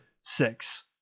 six